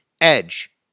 edge